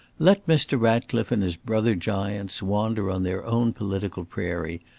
let mr. ratcliffe, and his brother giants, wander on their own political prairie,